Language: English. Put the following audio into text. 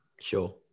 Sure